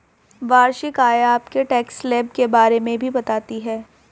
वार्षिक आय आपके टैक्स स्लैब के बारे में भी बताती है